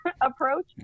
approach